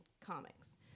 comics